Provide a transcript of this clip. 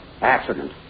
Accident